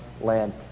land